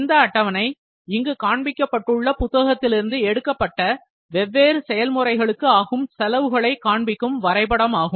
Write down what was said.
இந்த அட்டவணை இங்கு காண்பிக்கப் பட்டுள்ள புத்தகத்திலிருந்து எடுக்கப்பட்ட வெவ்வேறு செயல்முறைகளுக்கு ஆகும் செலவுகளை காண்பிக்கும் வரைபடம் ஆகும்